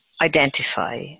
identify